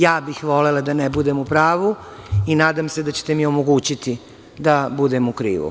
Ja bih volela da ne budem u pravu i nadam se da ćete mi omogućiti da budem u krivu.